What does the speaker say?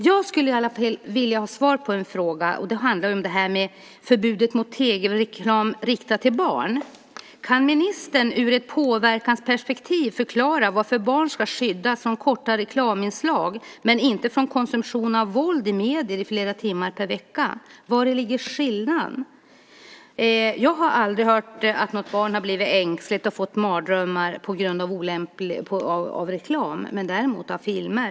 Jag skulle vilja ha svar på en fråga som handlar om det här med förbudet mot tv-reklam riktad till barn. Kan ministern ur ett påverkansperspektiv förklara varför barn ska skyddas från korta reklaminslag men inte från konsumtion av våld i medier i flera timmar per vecka? Vari ligger skillnaden? Jag har aldrig hört att något barn har blivit ängsligt och fått mardrömmar på grund av reklam men däremot av filmer.